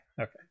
okay